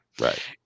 Right